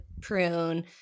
prune